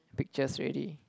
pictures already